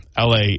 la